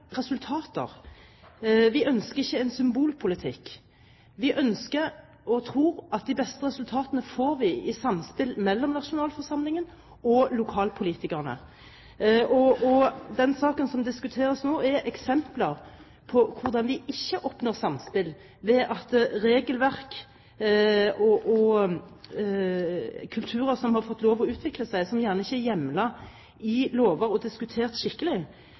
Vi ønsker ikke en symbolpolitikk. Vi ønsker og tror at de beste resultatene får vi i samspill mellom nasjonalforsamlingen og lokalpolitikerne. Den saken som diskuteres nå, er et eksempel på hvordan vi ikke oppnår samspill. Regelverk og kulturer som har fått lov til å utvikle seg, og som gjerne ikke er hjemlet i lover og diskutert skikkelig,